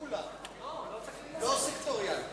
לא סקטוריאלי.